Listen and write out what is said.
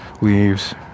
Leaves